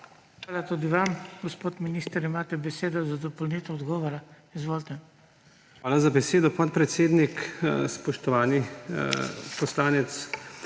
Hvala tudi vam. Gospod minister, imate besedo za dopolnitev odgovora, izvolite. JANEZ POKLUKAR: Hvala za besedo, podpredsednik. Spoštovani poslanec,